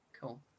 Cool